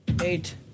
Eight